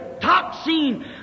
toxin